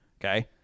okay